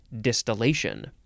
distillation